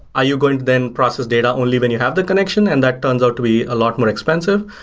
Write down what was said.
are you going to then process data only when you have the connection and that turns out to be a lot more expensive,